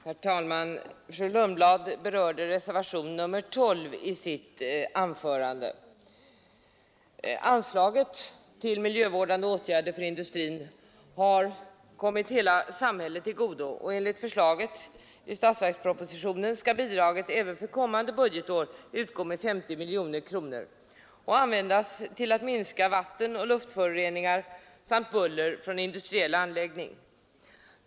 Herr talman! Fru Lundblad berörde reservationen 12 i sitt anförande. Anslaget till miljövårdande åtgärder inom industrin har kommit hela samhället till godo. Enligt förslaget i statsverkspropositionen skall bidraget även för kommande budgetår utgå med 50 miljoner kronor och användas till att minska vattenoch luftföroreningar samt buller från industriella anläggningar.